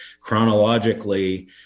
chronologically